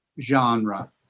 genre